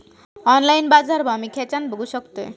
Online बाजारभाव मी खेच्यान बघू शकतय?